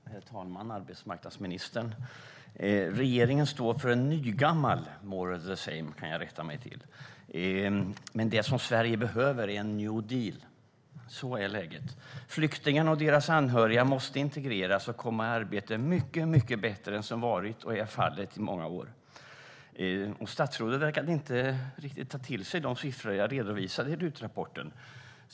Herr talman och arbetsmarknadsministern! Regeringen står för något nygammalt - more of the same. Det som Sverige behöver är en New Deal. Så är läget. Flyktingarna och deras anhöriga måste integreras och komma i arbete på ett mycket bättre sätt än vad som har varit - och är - fallet under många år. Statsrådet verkade inte riktigt ta till sig de siffror jag redovisade i RUT-rapporten.